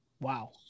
Wow